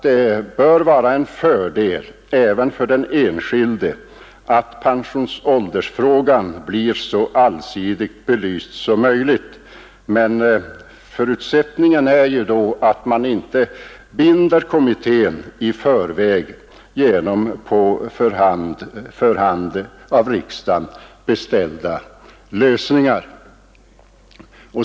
Det bör vara en fördel även för den enskilde att pensionsåldersfrågan blir så allsidigt belyst som möjligt, men förutsättningen är då att man inte i förväg binder kommittén genom av riksdagen beställda lösningar.